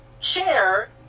chair